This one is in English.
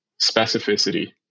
specificity